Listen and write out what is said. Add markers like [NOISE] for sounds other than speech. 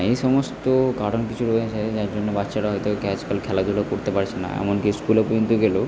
এই সমস্ত কারণ কিছু রয়েছে [UNINTELLIGIBLE] যার জন্য বাচ্চারা হয়তো [UNINTELLIGIBLE] আজকাল খেলাধূলা করতে পারছে না এমনকি স্কুলে পর্যন্ত গেলেও